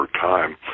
time